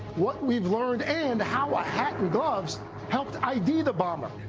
what we have learned and how a hat and gloves helped i d. the bomber.